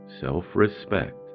self-respect